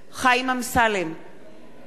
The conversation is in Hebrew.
אינו נוכח אריה